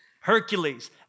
Hercules